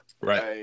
Right